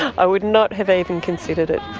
i would not have even considered it.